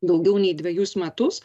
daugiau nei dvejus metus